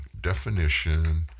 Definition